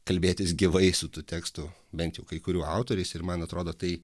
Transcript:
kalbėtis gyvai su tų tekstų bent jau kai kurių autoriais ir man atrodo tai